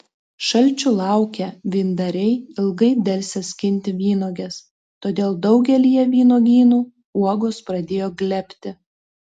šalčių laukę vyndariai ilgai delsė skinti vynuoges todėl daugelyje vynuogynų uogos pradėjo glebti